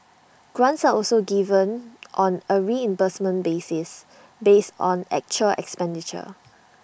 grants are also given on A reimbursement basis based on actual expenditure